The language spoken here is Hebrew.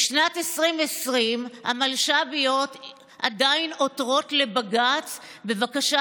בשנת 2020 המלש"ביות עדיין עותרות לבג"ץ בבקשה